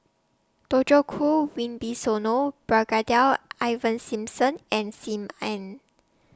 Djoko Wibisono Brigadier Ivan Simson and SIM Ann